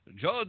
Judge